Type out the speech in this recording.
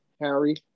Harry